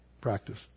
practice